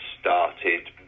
started